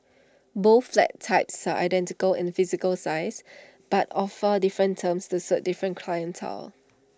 both flat types are identical in physical size but offer different terms to suit different clientele